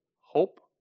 hope